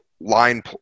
line